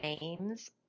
names